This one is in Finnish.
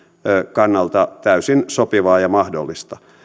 kannalta täysin sopivaa ja mahdollista